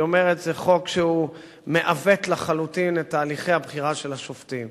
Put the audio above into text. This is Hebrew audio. היא אומרת: זה חוק שמעוות לחלוטין את תהליכי הבחירה של השופטים.